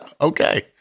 Okay